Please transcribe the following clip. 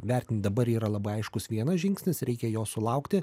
vertint dabar yra labai aiškus vienas žingsnis reikia jo sulaukti